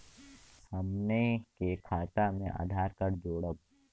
हमन के खाता मे आधार कार्ड जोड़ब?